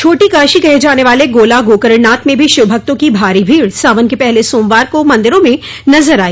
छोटी काशी कहे जाने वाले गोला गोकरणनाथ में भी शिव भक्तों की भारी भीड़ सावन के पहले सोमवार को मंदिरों में नजर आई